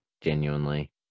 genuinely